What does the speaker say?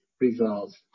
results